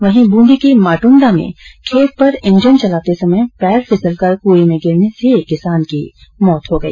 वहीं बूंदी के मादूंदा में खेत पर इंजन चलाते समय पैर फिसल कर कुंए में गिर जाने से एक किसान की मौत हो गई